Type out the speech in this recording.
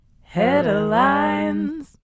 Headlines